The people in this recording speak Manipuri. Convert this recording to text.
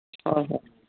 ꯍꯣꯏ ꯍꯣꯏ